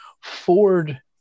Ford